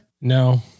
No